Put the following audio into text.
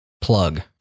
plug